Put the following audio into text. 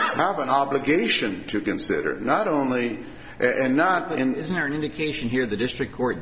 have an obligation to consider not only and not is there an indication here the district court